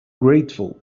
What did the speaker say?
grateful